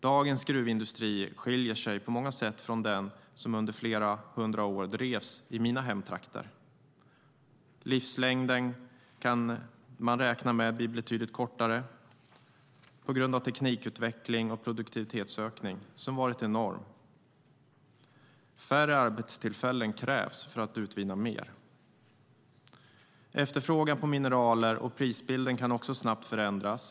Dagens gruvindustri skiljer sig på många sätt från den som under flera hundra år drevs i mina hemtrakter. Man kan räkna med att livslängden för en gruva blir betydligt kortare på grund av teknikutveckling och produktivitetsökning som varit enorm. Färre arbetstillfällen krävs för att utvinna mer. Efterfrågan på mineraler och prisbilden kan snabbt förändras.